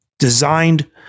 designed